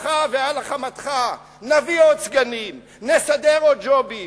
על אפך ועל חמתך נביא עוד סגנים, נסדר עוד ג'ובים,